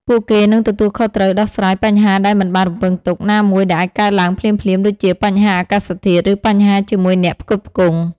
ពួកគេនឹងទទួលខុសត្រូវដោះស្រាយ បញ្ហាដែលមិនបានរំពឹងទុក ណាមួយដែលអាចកើតឡើងភ្លាមៗ ដូចជា បញ្ហាអាកាសធាតុ ឬបញ្ហាជាមួយអ្នកផ្គត់ផ្គង់។